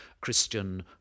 Christian